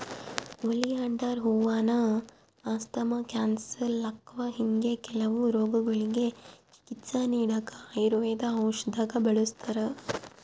oleander ಹೂವಾನ asthma, cancer, ಲಕ್ವಾ ಹಿಂಗೆ ಕೆಲವು ರೋಗಗುಳ್ಗೆ ಚಿಕಿತ್ಸೆ ನೀಡಾಕ ಆಯುರ್ವೇದ ಔಷದ್ದಾಗ ಬಳುಸ್ತಾರ